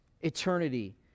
eternity